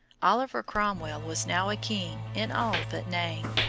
oliver cromwell was now a king in all but name.